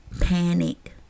panic